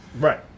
Right